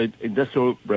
industrial